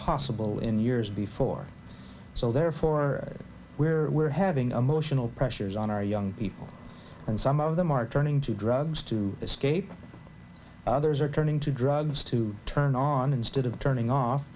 possible in years before so therefore we're having a motional pressures on our young people and some of them are turning to drugs to escape others are turning to drugs to turn on instead of turning off